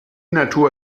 natur